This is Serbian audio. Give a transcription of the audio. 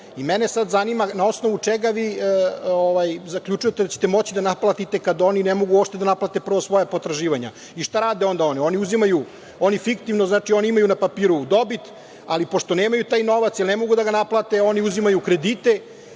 Mene sad zanima na osnovu čega sad vi zaključujete da ćete moći da naplatite kad oni uopšte ne mogu da naplate prvo svoja potraživanja? Šta rade onda oni? Oni fiktivno, na papiru imaju dobit, ali pošto nemaju taj novac, jer ne mogu da ga naplate, oni uzimaju kredite